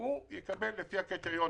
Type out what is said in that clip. הוא יקבל לפי הקריטריונים,